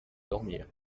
dormir